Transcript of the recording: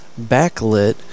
backlit